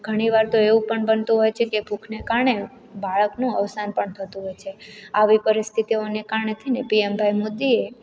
ઘણીવાર તો એવું પણ બનતું હોય છે કે ભૂખને કારણે બાળકનું અવસાન પણ થતું હોય છે આવી પરિસ્થિતિઓને કારણે થઈને પીએમભાઈ મોદીએ